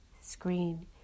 screen